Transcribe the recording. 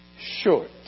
short